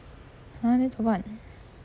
!huh! then 怎么办